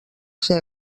ser